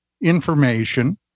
information